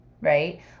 right